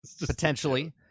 potentially